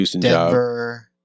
Denver